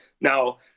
Now